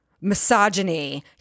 misogyny